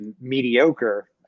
mediocre